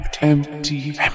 Empty